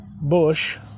Bush